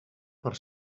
per